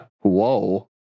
Whoa